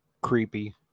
creepy